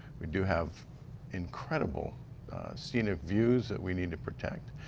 we do have incredible scenic views that we need to protect.